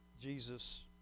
Jesus